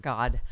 God